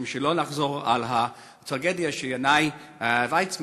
כדי לא לחזור על הטרגדיה של ינאי ויסמן,